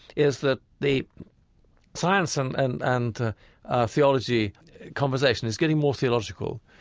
is that the science and and and theology conversation is getting more theological.